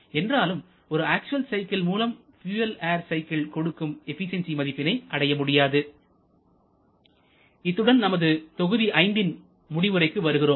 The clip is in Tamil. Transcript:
என்றாலும் ஒரு அக்சுவல் சைக்கிள் மூலம் பியூயல் ஏர் சைக்கிள் கொடுக்கும் எபிசியன்சி மதிப்பினை அடையமுடியாது இத்துடன் நமது தொகுதி 5ன் முடிவுரைக்கு வருகிறோம்